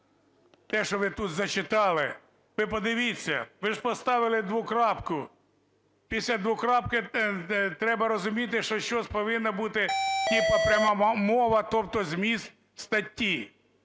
Те, що ви тут зачитали… Ви подивіться, ви ж поставили двокрапку. Після двокрапки треба розуміти, що щось повинно бути, типу пряма мова, тобто зміст статті.